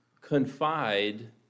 confide